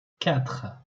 quatre